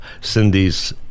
cindy's